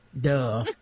duh